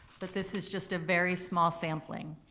but this is just a very small sampling.